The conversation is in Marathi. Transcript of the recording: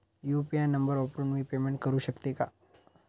यु.पी.आय नंबर वापरून मी पेमेंट करू शकते का?